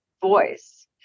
voice